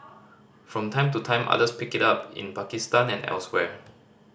from time to time others pick it up in Pakistan and elsewhere